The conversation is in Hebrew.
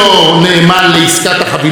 לא מימין ולא משמאל.